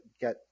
get